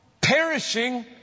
perishing